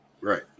Right